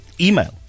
email